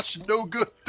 no-good